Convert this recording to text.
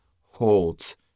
holds